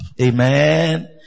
Amen